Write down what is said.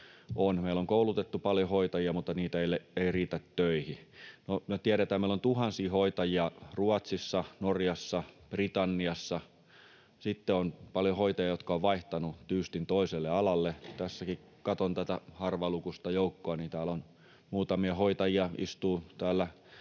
Meillä on koulutettu paljon hoitajia, mutta niitä ei riitä töihin. Me tiedetään, että meillä on tuhansia hoitajia Ruotsissa, Norjassa, Britanniassa. Sitten on paljon hoitajia, jotka ovat vaihtaneet tyystin toiselle alalle. Tässäkin kun katson tätä harvalukuista joukkoa, niin muutamia hoitajia istuu täällä